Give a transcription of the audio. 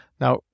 Now